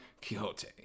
Quixote